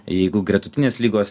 jeigu gretutinės ligos